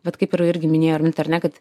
bet kaip yra irgi minėjo raminta ar ne kad